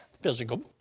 physical